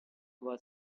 were